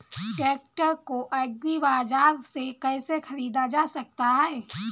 Tractor को agri बाजार से कैसे ख़रीदा जा सकता हैं?